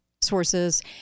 sources